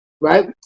right